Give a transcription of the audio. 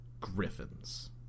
griffins